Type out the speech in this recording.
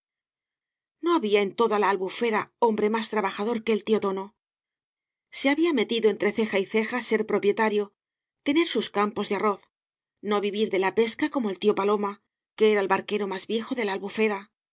no había en toda la albufera hombre más trabajador que el tío tono se había metido entre ceja y ceja ser propietario tener sus campos de cañas y barro arrozy no vivir de la pesca como el tío paloma que era el barquero más viejo de la albufera